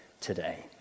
today